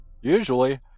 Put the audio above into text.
Usually